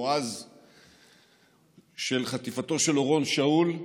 או אז על חטיפתו של אורון שאול,